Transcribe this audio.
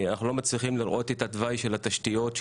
אנחנו לא מצליחים לראות את התוואי של התשתיות,